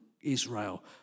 Israel